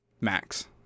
Max